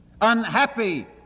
Unhappy